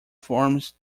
forms